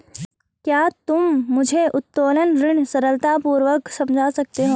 क्या तुम मुझे उत्तोलन ऋण सरलतापूर्वक समझा सकते हो?